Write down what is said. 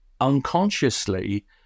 unconsciously